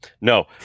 No